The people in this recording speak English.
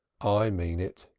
i mean it,